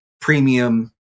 premium